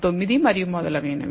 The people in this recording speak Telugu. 9 మరియు మొదలగునవి